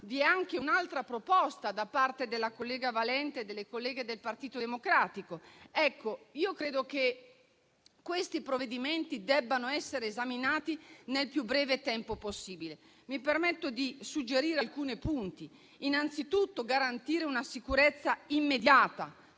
Vi è anche un'altra proposta da parte della collega Valente e delle colleghe del Partito Democratico. Credo che questi provvedimenti debbano essere esaminati nel più breve tempo possibile. Mi permetto di suggerire alcuni punti. Innanzitutto, occorre garantire una sicurezza immediata